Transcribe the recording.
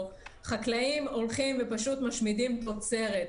- חקלאים הולכים ופשוט משמידים תוצרת.